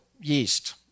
yeast